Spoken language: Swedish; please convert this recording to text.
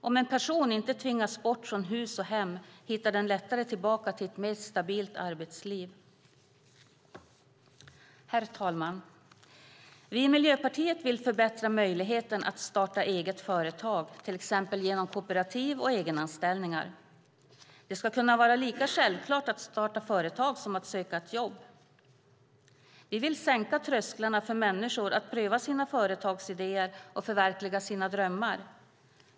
Om en person inte tvingas bort från hus och hem hittar den lättare tillbaka till ett mer stabilt arbetsliv. Herr talman! Vi i Miljöpartiet vill förbättra möjligheten att starta eget företag, till exempel genom kooperativ och egenanställningar. Det ska vara lika självklart att starta ett företag som att söka ett jobb. Vi vill sänka trösklarna för människor att pröva sina företagsidéer och förverkliga sina drömmar.